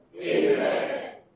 Amen